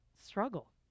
struggle